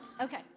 Okay